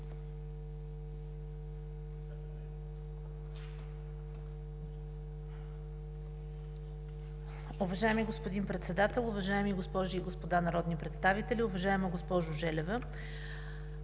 Уважаеми господин Председател, уважаеми госпожи и господа народни представители! Уважаеми господин Гьоков,